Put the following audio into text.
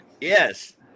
Yes